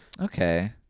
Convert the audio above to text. Okay